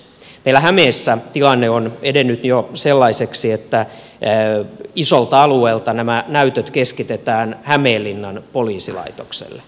meillä hämeessä tilanne on edennyt jo sellaiseksi että isolta alueelta nämä näytöt keskitetään hämeenlinnan poliisilaitokselle